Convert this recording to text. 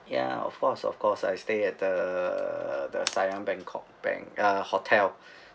ya of course of course I stay at the siam bangkok bank uh hotel